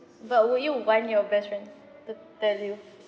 but will you want your best friend to tell you